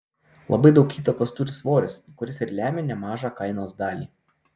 labai daug įtakos turi svoris kuris ir lemia nemažą kainos dalį